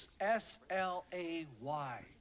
S-L-A-Y